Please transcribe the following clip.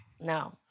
No